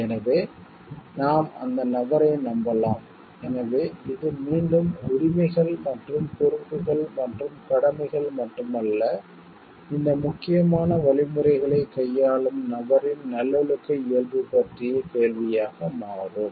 எனவே நாம் அந்த நபரை நம்பலாம் எனவே இது மீண்டும் உரிமைகள் மற்றும் பொறுப்புகள் மற்றும் கடமைகள் மட்டுமல்ல இந்த முக்கியமான வழிமுறைகளைக் கையாளும் நபரின் நல்லொழுக்க இயல்பு பற்றிய கேள்வியாக மாறும்